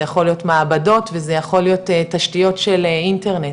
זה יכול להיות מעבדות וזה יכול להיות תשתיות של אינטרנט,